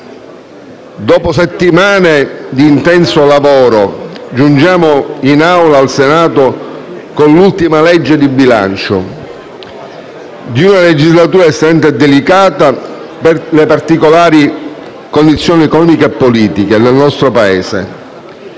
Dopo settimane di intenso lavoro giungiamo nell'Aula del Senato con l'ultima legge di bilancio di una legislatura estremamente delicata, per le particolari condizioni economiche e politiche del nostro Paese,